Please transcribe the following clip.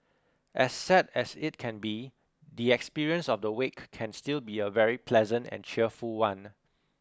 as sad as it can be the experience of the wake can still be a very pleasant and cheerful one